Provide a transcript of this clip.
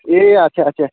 ए अच्छा अच्छा